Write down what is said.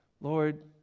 Lord